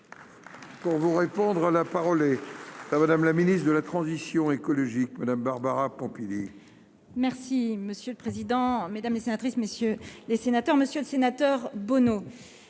On vous répondre, la parole est à madame la ministre de la transition écologique Madame Barbara Pompili. Merci monsieur le président, Mesdames les sénatrices, messieurs les sénateurs, Monsieur le Sénateur, Bono,